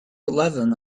eleven